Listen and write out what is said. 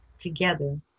together